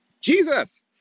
Jesus